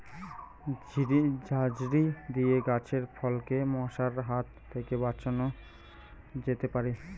ঝাঁঝরি দিয়ে গাছের ফলকে মশার হাত থেকে বাঁচানো যেতে পারে?